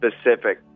specific